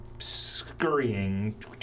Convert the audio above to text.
Scurrying